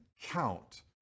count